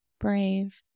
brave